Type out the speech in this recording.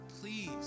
Please